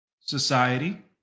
society